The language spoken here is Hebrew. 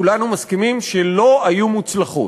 כולנו מסכימים שהן לא היו מוצלחות.